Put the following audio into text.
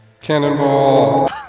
Cannonball